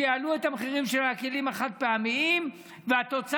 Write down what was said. שיעלו את המחירים של הכלים החד-פעמיים והתוצאה